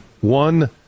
one